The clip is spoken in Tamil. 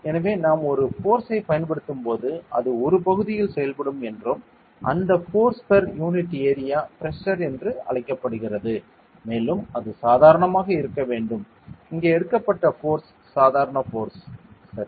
எனவே நாம் ஒரு ஃபோர்ஸ்சைப் பயன்படுத்தும்போது அது ஒரு பகுதியில் செயல்படும் என்றும் அந்த force per unit area pressure என்று அழைக்கப்படுகிறது மேலும் அது சாதாரணமாக இருக்க வேண்டும் இங்கே எடுக்கப்பட்ட ஃபோர்ஸ் சாதாரண ஃபோர்ஸ் சரி